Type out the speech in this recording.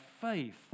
faith